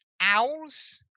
Owls